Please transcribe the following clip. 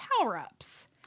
power-ups